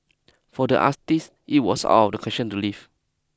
for the us teas it was out of the question to leave